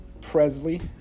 Presley